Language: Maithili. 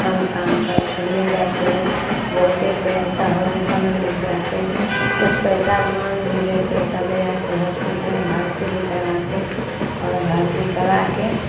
कम काम करते ले जाते है बोलते पैसा होगी तब ने लेके जाते किछु पैसा माँग भी लेते हॉस्पिटलेमे भर्ती भी करवाते आओर भर्ती कराके